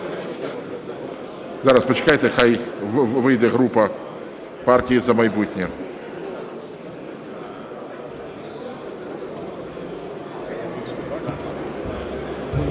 Зараз, почекайте, хай вийде група "Партії "За майбутнє".